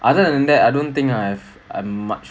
other than that I don't think I've I'm much